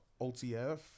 OTF